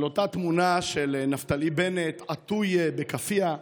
על אותה תמונה של נפתלי בנט עטוי בכאפיה.